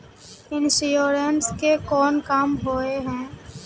Insurance के कोन काम होय है?